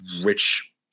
rich